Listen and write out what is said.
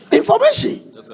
information